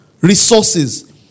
resources